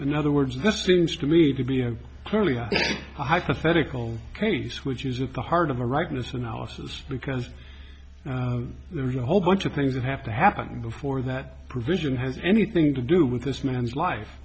in other words this seems to me to be a purely hypothetical case which is at the heart of the rightness analysis because there's a whole bunch of things that have to happen before that provision has anything to do with this man's life